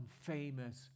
famous